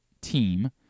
team